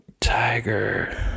Tiger